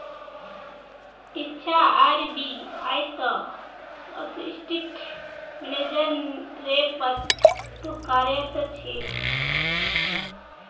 इच्छा आर.बी.आई त assistant manager रे पद तो कार्यरत छे